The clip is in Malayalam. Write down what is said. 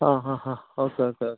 ആ ആ ആ ഓക്കേ ഓക്കേ ഓക്കേ